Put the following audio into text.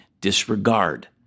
disregard